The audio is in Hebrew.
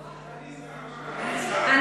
סליחה, זה אני.